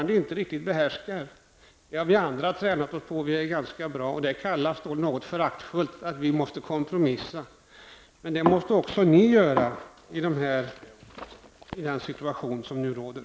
Det har vi andra tränat oss på. Vi är ganska bra på det. Det kallas föraktfullt att vi måste kompromissa. Det måste ni också göra i den situation som nu råder.